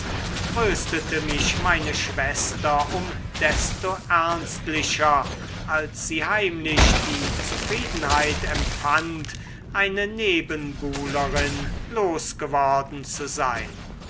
tröstete mich meine schwester um desto ernstlicher als sie heimlich die zufriedenheit empfand eine nebenbuhlerin losgeworden zu sein